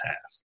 task